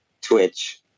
Twitch